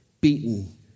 beaten